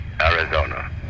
Arizona